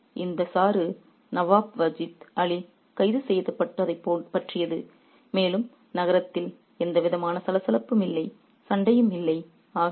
எனவே இந்த சாறு நவாப் வாஜித் அலி கைது செய்யப்பட்டதைப் பற்றியது மேலும் நகரத்தில் எந்தவிதமான சலசலப்பும் இல்லை சண்டையும் இல்லை